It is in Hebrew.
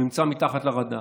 הוא נמצא מתחת לרדאר,